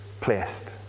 placed